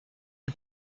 une